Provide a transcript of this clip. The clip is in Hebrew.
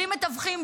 בלי מתווכים,